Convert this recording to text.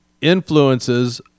influences